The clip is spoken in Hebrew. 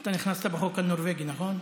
אתה נכנסת בחוק הנורבגי, נכון?